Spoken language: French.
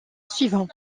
suivant